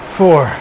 four